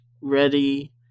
ready